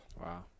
Wow